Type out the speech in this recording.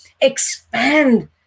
expand